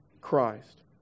Christ